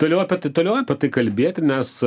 toliau apie tai toliau apie tai kalbėti nes